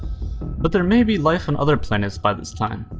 but there may be life on other planets by this time.